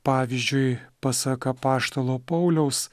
pavyzdžiui pasak apaštalo pauliaus